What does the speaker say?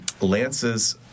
Lance's